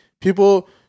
people